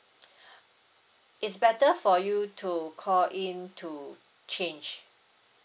it's better for you to call in to change